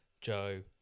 Joe